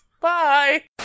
Bye